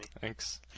Thanks